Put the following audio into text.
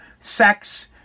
sex